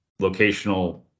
locational